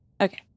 Okay